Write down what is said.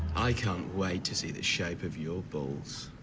i can't wait to see the shape of your balls.